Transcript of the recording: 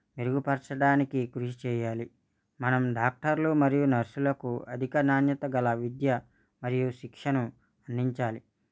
మెరుగుపరచడానికి కృషి చేయాలి మనం డాక్టర్లు మరియు నర్సులకు అధిక నాణ్యత గల విద్య మరియు శిక్షణను అందించాలి